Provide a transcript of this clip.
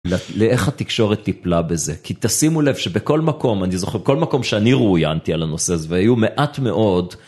לאיך התקשורת טיפלה בזה כי תשימו לב שבכל מקום, אני זוכר, כל מקום שאני ראויינתי על הנושא והיו מעט מאוד.